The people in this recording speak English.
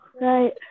Right